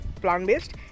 plant-based